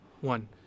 one